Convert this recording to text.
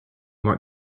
more